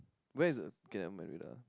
where is the K I'm married lah